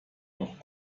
noch